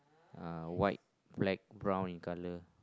uh white black brown in colour